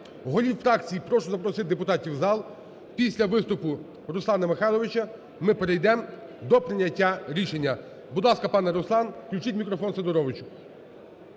голів фракцій прошу запросити депутатів в зал, після виступу Руслана Михайловича ми перейдемо до прийняття рішення. Будь ласка, пане Руслан, включіть мікрофон Сидоровичу.